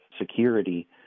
security